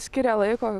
skiria laiko